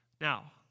Now